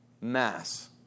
Mass